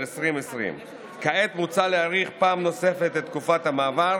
2020. כעת מוצע להאריך פעם נוספת את תקופת המעבר